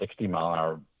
60-mile-an-hour